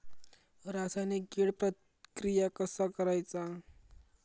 रासायनिक कीड प्रक्रिया कसा करायचा?